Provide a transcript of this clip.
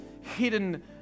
hidden